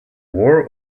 war